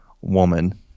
woman